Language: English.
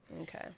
Okay